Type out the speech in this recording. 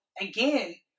again